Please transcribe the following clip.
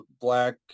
Black